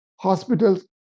hospitals